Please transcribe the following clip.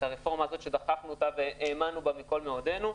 את הרפורמה הזאת שדחפנו אותה והאמנו בה בכל מאודנו.